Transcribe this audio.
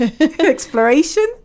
exploration